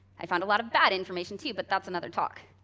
i found a lot of bad information too, but that's another talk.